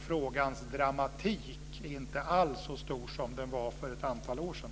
Frågans dramatik är inte alls så stor som den var för ett antal år sedan.